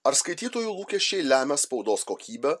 ar skaitytojų lūkesčiai lemia spaudos kokybę